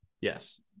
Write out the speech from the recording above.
Yes